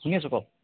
শুনি আছোঁ কওক